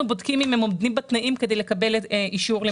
בודקים אם הם עומדים בתנאים כדי לקבל אישור.